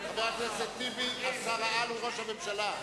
חבר הכנסת טיבי, שר-העל הוא ראש הממשלה.